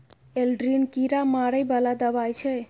Aldrin कीरा मारै बला दवाई छै